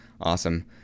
Awesome